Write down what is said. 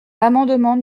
l’amendement